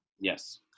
yes